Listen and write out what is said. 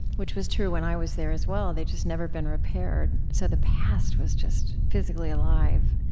which was true when i was there as well. they'd just never been repaired. so the past was just physically alive